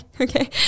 Okay